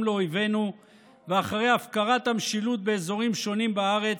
לאויבינו ואחרי הפקרת המשילות באזורים שונים בארץ,